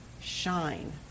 shine